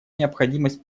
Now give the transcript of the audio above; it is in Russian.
необходимость